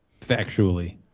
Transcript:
factually